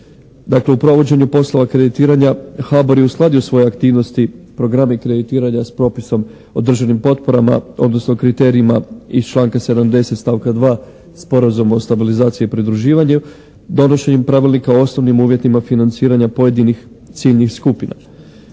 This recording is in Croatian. Dakle, u provođenju poslova kreditiranja HBOR je uskladio svoje aktivnosti, programe kreditiranja s propisom o državnim potporama odnosno kriterijima iz članka 70. stavka 2. Sporazuma o stabilizaciji i pridruživanju donošenjem Pravilnika o osnovnim uvjetima financiranja pojedinih ciljnih skupina.